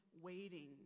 waiting